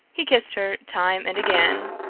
he kissed her time and again,